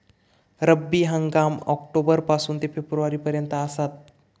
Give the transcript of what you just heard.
रब्बी हंगाम ऑक्टोबर पासून ते फेब्रुवारी पर्यंत आसात